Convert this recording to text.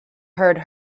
heard